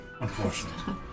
unfortunately